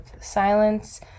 silence